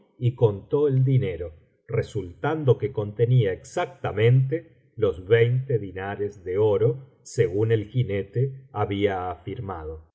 y contó el dinero resultando que contenia exactamente los veinte dinares de oro según el jinete había afirmado